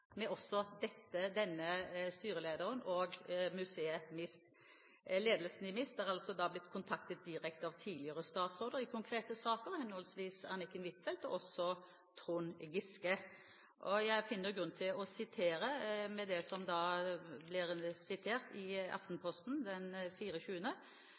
altså blitt kontaktet direkte av tidligere statsråder i konkrete saker, av henholdsvis Anniken Huitfeldt og Trond Giske. Jeg finner grunn til å sitere det som står i Aftenposten den 25. februar: «Som styreleder har jeg ingen betenkeligheter med å bli kontaktet av departementet eller statsråden, så lenge det er faktaopplysninger som etterspørres. Dette i